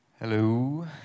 Hello